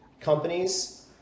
companies